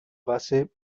base